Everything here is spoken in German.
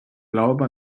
glaube